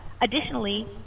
additionally